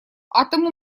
атомы